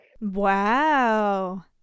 Wow